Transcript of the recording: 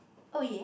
oh yeah